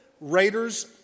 Raiders